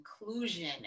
inclusion